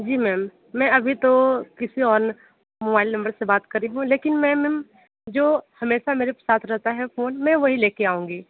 जी ma'am मैं अभी तो किसी और मोबाइल नंबर से बात कर रहीं हूँ लेकिन मैं मैम जो हमेशा मेरे साथ रहता है फोन में वही लेके आऊंगी